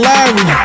Larry